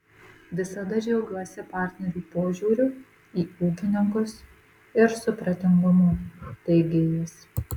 visada džiaugiuosi partnerių požiūriu į ūkininkus ir supratingumu teigė jis